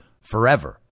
forever